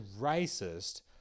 racist